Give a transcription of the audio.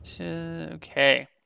okay